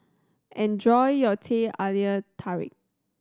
enjoy your Teh Halia Tarik